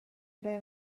ble